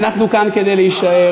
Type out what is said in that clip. אנחנו כאן כדי להישאר.